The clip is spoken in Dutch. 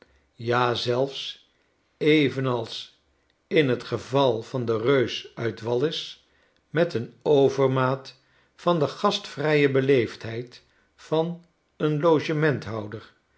ja zelfs evenals in t geval van den reus uit wall is met een overmaat van de gastvrije beleefdheid van een